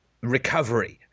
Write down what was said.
recovery